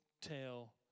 tell